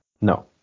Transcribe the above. No